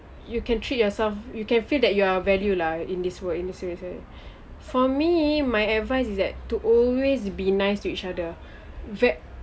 you can treat yourself you can feel that you are valued lah in this world into serious eh for me my advice is that to always be nice to each other